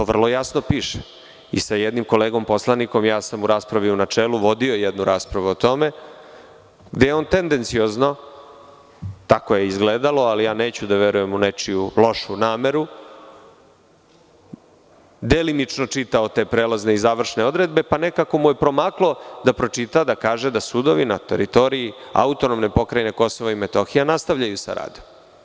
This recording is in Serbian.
To vrlo jasno piše i sa jednim kolegom poslanikom sam u raspravi u načelu vodio jednu raspravu o tome, gde on tendenciozno, tako je izgledalo, ali neću da verujem u nečiju lošu nameru, delimično čitao te prelazne i završne odredbe, pa mu je nekako promaklo da pročita da kaže da sudovi na teritoriji AP KiM nastavljaju sa radom.